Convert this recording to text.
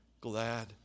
glad